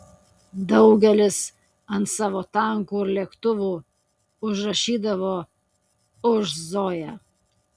daugelis ant savo tankų ir lėktuvų užrašydavo už zoją